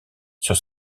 sur